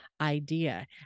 idea